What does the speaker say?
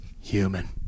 human